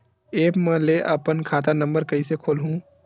App म ले अपन खाता नम्बर कइसे खोलहु?